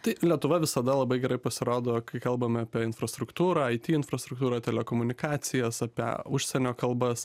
tai lietuva visada labai gerai pasirodo kai kalbame apie infrastruktūrą aity infrastruktūrą telekomunikacijas apie užsienio kalbas